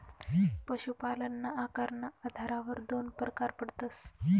पशुपालनना आकारना आधारवर दोन परकार पडतस